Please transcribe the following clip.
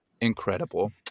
incredible